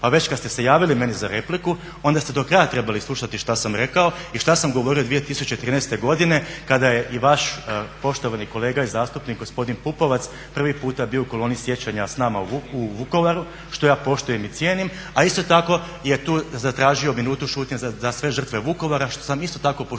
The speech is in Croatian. Pa već kad ste se javili meni za repliku onda ste do kraja trebali slušati što sam rekao i što sam govorio 2013. godine kada je i vaš poštovani kolega i zastupnik gospodin Pupovac prvi puta bio u koloni sjećanja s nama u Vukovaru, što ja poštujem i cijenim. A isto tako je tu zatražio minutu šutnje za sve žrtve Vukovara što sam isto tako poštivao